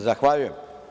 Zahvaljujem.